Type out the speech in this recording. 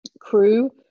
crew